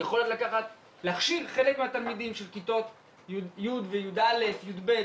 הם יכולים להכשיר חלק מהתלמידים של כיתות י' ו-י"א ו-י"ב,